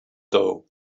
doe